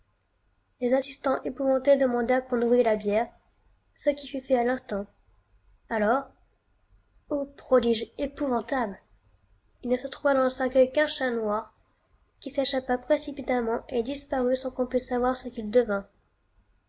les assistans épouvantés demandèrent qu'on ouvrit la bière ce qui fut fait à l'instant alors ô prodige épouvantable il ne se trouva dans le cercueil qu'un chat noir qui s'échappa précipitamment et disparut sans qu'on put savoir ce qu'il